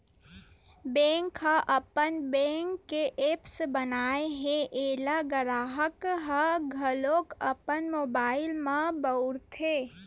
bank ह अपन bank के ऐप्स बनाए हे एला गराहक ह घलोक अपन मोबाइल म बउरथे